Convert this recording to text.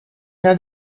naar